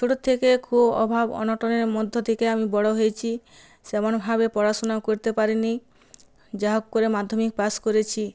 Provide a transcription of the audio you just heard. ছোটর থেকে খুব অভাব অনটনের মধ্যে থেকে আমি বড় হয়েছি সেমনভাবে পড়াশোনাও করতে পারিনি যাহোক করে মাধ্যমিক পাশ করেছি